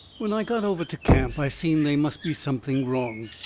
when i got over to camp i seen they must be something wrong.